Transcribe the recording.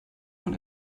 von